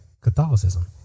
Catholicism